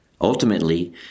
Ultimately